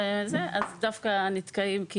אז דווקא נתקעים.